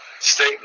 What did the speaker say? state